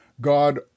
God